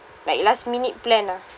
like last minute plan ah